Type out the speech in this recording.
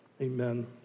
Amen